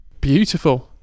Beautiful